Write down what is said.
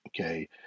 okay